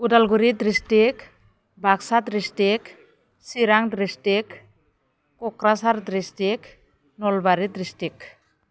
Udalguri district Baksa district Chirang district Kokrajhar district Nalbari district